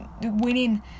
winning